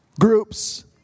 Groups